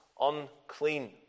unclean